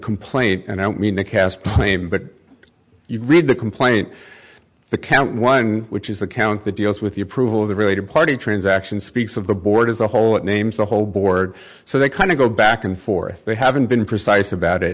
complaint and i don't mean to cast blame but you read the complaint the count one which is the count that deals with the approval of the related party transactions speaks of the board as a whole it names the whole board so they kind of go back and forth they haven't been precise about it